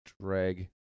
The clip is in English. drag